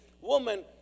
woman